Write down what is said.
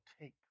take